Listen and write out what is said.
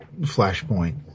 Flashpoint